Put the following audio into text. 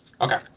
Okay